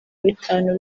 bitanu